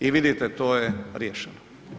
I vidite to je riješeno.